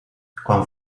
quan